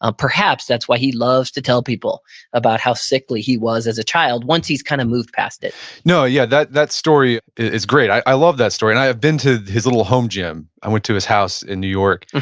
ah perhaps that's why he loves to tell people about how sickly he was as a child, once he's kind of moved past it yeah that that story is great. i love that story, and i have been to his little home gym. i went to his house in new york.